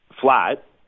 flat